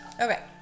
Okay